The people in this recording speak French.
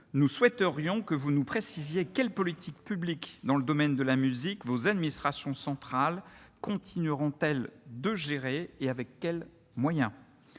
nous souhaiterions que vous nous précisiez quelles politiques publiques, dans le domaine de la musique, vos administrations centrales continueront à gérer, et avec quels moyens.